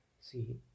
see